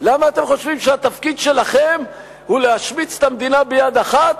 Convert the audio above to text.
למה אתם חושבים שהתפקיד שלכם הוא להשמיץ את המדינה ביד אחת,